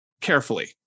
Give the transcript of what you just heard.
carefully